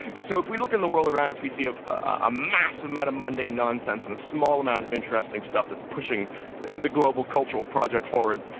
so if we look in the world around us we see ah a massive amount of mundane nonsense and a small amount of interesting stuff that is pushing the global cultural project forward,